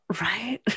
Right